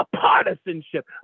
partisanship